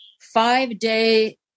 five-day